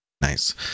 nice